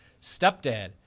stepdad